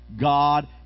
God